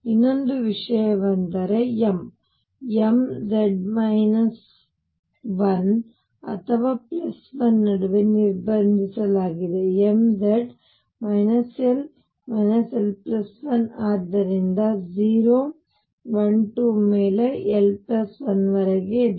ಇನ್ನೊಂದು ವಿಷಯವೆಂದರೆ m m Z 1 ಅಥವಾ 1 ನಡುವೆ ನಿರ್ಬಂಧಿಸಲಾಗಿದೆ mZ l l1 ಆದ್ದರಿಂದ 0 1 2 ಮೇಲೆ l1 ವರೆಗೆ ಇದೆ